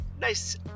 nice